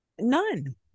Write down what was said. none